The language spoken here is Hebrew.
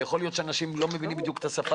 יכול להיות שאנשים לא מבינים בדיוק את השפה